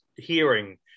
hearing